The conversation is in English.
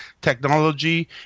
technology